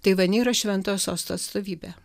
taivane yra šventojo sosto atstovybė